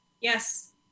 Yes